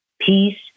peace